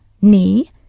knee